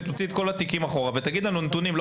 שתוציא את כל התיקים אחורה ותגיד לנו נתונים.